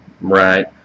right